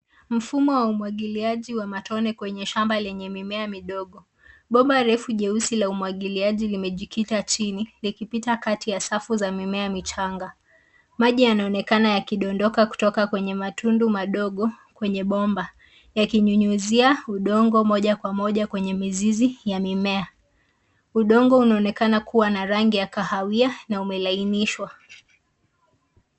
Mfumo wa umwagiliaji wa matone kwenye shamba lenye mimea midogo. Bomba refu jeusi la umwagiliaji limejikita chini, likipita kati ya safu za mimea michanga. Maji yanaonekana yakidondoka kutoka kwenye matundu madogo kwenye bomba ya kunyunyizia udongo moja kwa moja kwenye mizizi ya mimea. Udongo unaonekana kuwa na rangi ya kahawia na umelainishwa.